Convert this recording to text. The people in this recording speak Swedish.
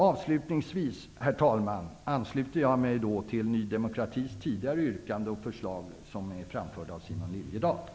Avslutningsvis, herr talman, ansluter jag mig till Ny demokratis tidigare yrkande och förslag som är framförda av Simon Liliedahl.